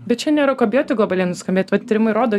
bet čia nėra ko bijoti globaliai nuskambėt vat tyrimai rodo